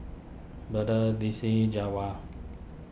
Betha Destinee Jawar